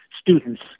students